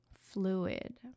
fluid